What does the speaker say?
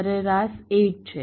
સરેરાશ 8 છે